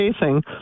facing